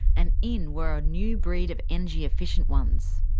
and in were a new breed of energy efficient ones.